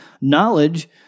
knowledge